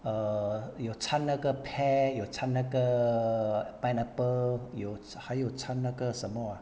err 有参那个 pear 有参那个 err pineapple 有还有参那个什么 ah